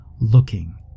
looking